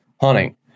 hunting